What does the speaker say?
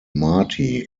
marti